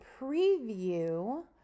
preview